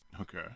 Okay